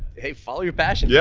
hey, follow your passion, yeah